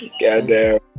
Goddamn